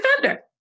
defender